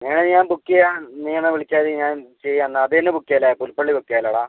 അങ്ങനെയാണേൽ ഞാൻ ബുക്ക് ചെയ്യാൻ നീ എന്നാൽ വിളിച്ചാൽ മതി ഞാൻ ചെയ്യാം എന്നാൽ അത് തന്നെ ബുക്ക് ചെയ്യാമല്ലേ പുൽപ്പള്ളി ബുക്ക് ചെയ്യാമല്ലേടാ